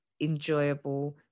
enjoyable